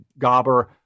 gobber